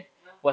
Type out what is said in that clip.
ah